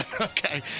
Okay